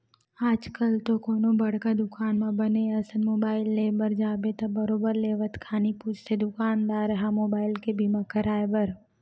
आजकल तो कोनो बड़का दुकान म बने असन मुबाइल ले बर जाबे त बरोबर लेवत खानी पूछथे दुकानदार ह मुबाइल के बीमा कराय बर